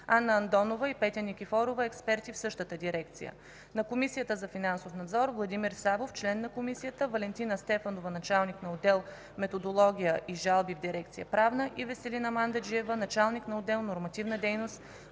Анна Андонова и Петя Никифорова – експерти в същата дирекция; на Комисията за финансов надзор: Владимир Савов – член на комисията, Валентина Стефанова – началник на отдел „Методология и жалби” в дирекция „Правна” и Веселина Мандаджиева – началник на отдел „Нормативна дейност”